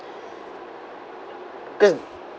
because